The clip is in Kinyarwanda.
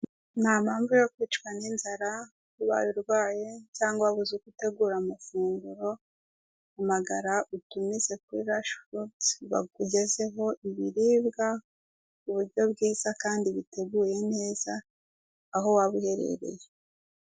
Nta mpamvu yo kwicwa n'inzara ubaye urwaye cyangwa wabuze uko utegura amafunguro, hamagara utumize kuri RUSH FOODS bakugezeho ibiribwa mu buryo bwiza kandi biteguye neza aho waba uherereye.